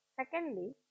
Secondly